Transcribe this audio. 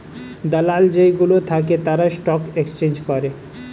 দালাল যেই গুলো থাকে তারা স্টক এক্সচেঞ্জ করে